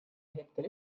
hetkel